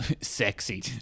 Sexy